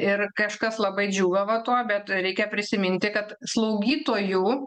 ir kažkas labai džiūgavo tuo bet reikia prisiminti kad slaugytojų